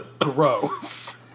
Gross